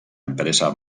empresa